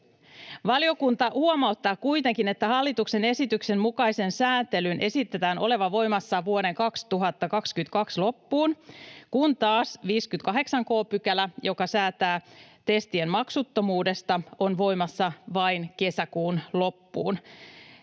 Valiokunta huomauttaa kuitenkin, että hallituksen esityksen mukaisen sääntelyn esitetään olevan voimassa vuoden 2022 loppuun, kun taas 58 k §, joka säätää testien maksuttomuudesta, on voimassa vain kesäkuun loppuun.